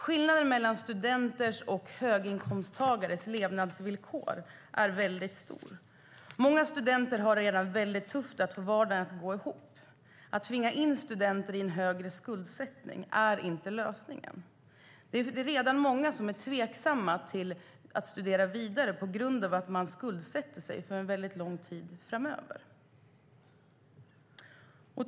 Skillnaden mellan studenters och höginkomsttagares levnadsvillkor är väldigt stor. Många studenter har redan väldigt tufft att få vardagen att gå ihop. Att tvinga in studenterna i en högre skuldsättning är inte lösningen. Det är redan många som är tveksamma till att studera vidare på grund av att man skuldsätter sig en väldigt lång tid framöver.